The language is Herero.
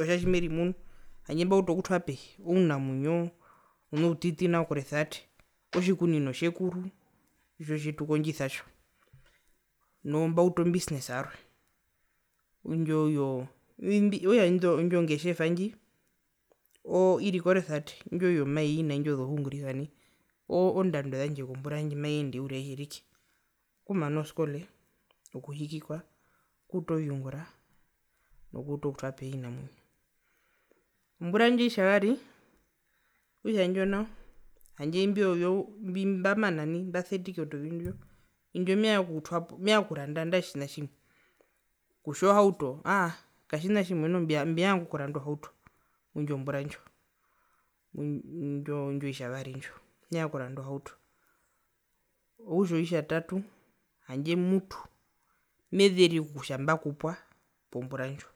otja tjimerimunu handje mbautu okutwapehi ounamwinyo ouna outiti nao koresevate otjikunino tjekuru itjo tjitukondjisa tjo noo mbautu o busness yarwe indjo yo yo okutja indjo ngetjeva ndji oo iri koresevate indjo mai naindji yozohunguriva nai oo ndando yandje kombura ndjimaiyende uriri aiyerike okumana oskole nokuhikikwa okuuta oviungura nokuuta okutwapehi ovinamwinyo, ombura ndjo oitjavari okutja imbo nao handje imbi mbamana nai mbasetike ondovi ndjo indjo mevanga okutwapo mevanga okuranda nandae otjina tjimwe kutja ohauto aaa katjina tjina tjimwe noho mevanga okuranda ohauto mwindjo mbura ndjo indjo oitjavari ndjo mevanga okuranda ohauto okutja oitjatatu handje mutu mezeri kutja mbakupwa pombura ndjo.